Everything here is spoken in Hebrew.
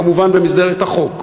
כמובן במסגרת החוק,